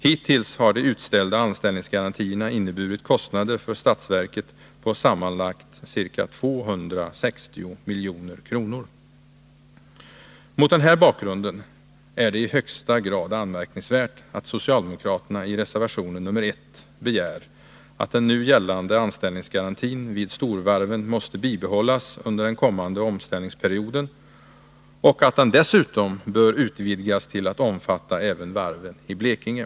Hittills har de utställda anställningsgarantierna inneburit kostnader för statsverket på sammanlagt ca 260 milj.kr. Mot den här bakgrunden är det i högsta grad anmärkningsvärt att socialdemokraterna i reservation 1 begär att den nu gällande anställningsgarantin vid storvarven skall bibehållas under den kommande omställningsperioden och dessutom säger att den bör utvidgas till att omfatta även varven i Blekinge.